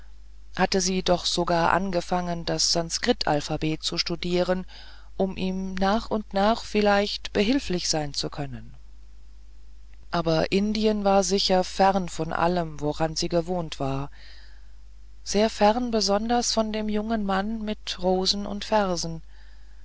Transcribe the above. hatte sie doch sogar angefangen das sanskritalphabet zu studieren um ihm nach und nach vielleicht behilflich sein zu können aber indien war sicher fern von allem woran sie gewohnt war sehr fern besonders von dem jungen mann mit rosen und versen